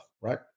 right